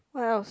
what else